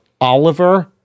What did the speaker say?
Oliver